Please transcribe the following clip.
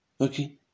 Okay